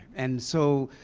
and so,